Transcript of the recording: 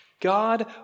God